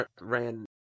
ran